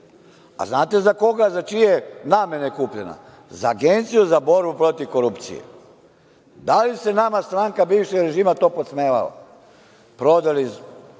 A znate li za koga, za čije namene je kupljena? Za Agenciju za borbu protiv korupcije. Da li se nama stranka bivšeg režima to podsmevala? Prodali